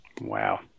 Wow